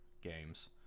games